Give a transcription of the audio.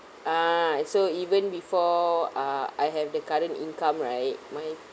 ah so even before uh I have the current income right my